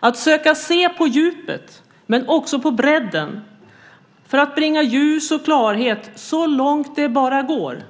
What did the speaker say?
att söka se på djupet men också på bredden för att bringa ljus och klarhet så långt det bara går.